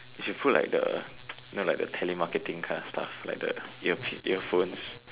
you should put like the you know like telemarketing kinda stuff like the earpiece ear phones